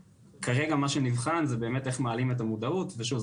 וכרגע מה שנבחן זה באמת איך מעלים את המודעות ושוב,